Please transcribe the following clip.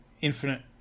Infinite